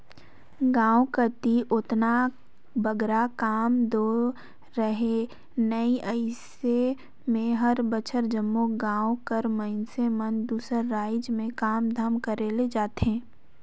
गाँव कती ओतना बगरा काम दो रहें नई अइसे में हर बछर जम्मो गाँव कर मइनसे मन दूसर राएज में काम धाम करे ले जाथें